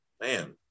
man